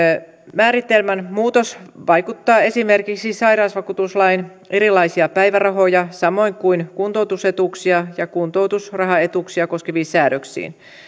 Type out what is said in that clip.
määritelmän muutos vaikuttaa esimerkiksi sairausvakuutuslain erilaisia päivärahoja samoin kuin kuntoutusetuuksia ja kuntoutusrahaetuuksia koskeviin säädöksiin